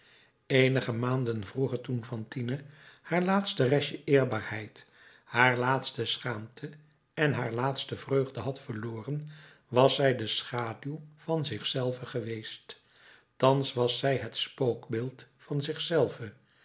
eenige maanden vroeger toen fantine haar laatste restje eerbaarheid haar laatste schaamte en haar laatste vreugde had verloren was zij de schaduw van zich zelve geweest thans was zij het spookbeeld van